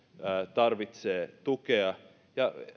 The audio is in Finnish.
tarvitsee tukea ja